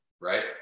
right